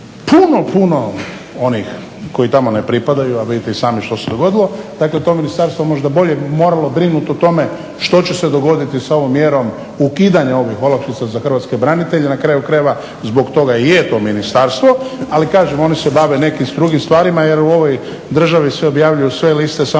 puno, puno onih koji tamo ne pripadaju, a vidite i sami što se dogodilo. Dakle, to ministarstvo možda bolje bi moralo brinuti o tome što će se dogoditi sa ovom mjerom ukidanja ovih olakšica za hrvatske branitelja. Na kraju krajeva zbog toga i je to ministarstvo. Ali kažem, oni se bave nekim drugim stvarima jer u ovoj državi se objavljuju sve liste samo ne one